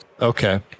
Okay